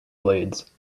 blades